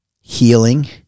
healing